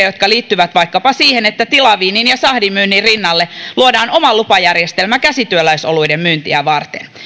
jotka liittyvät vaikkapa siihen että tilaviinin ja sahdin myynnin rinnalle luodaan oma lupajärjestelmä käsityöläisoluiden myyntiä varten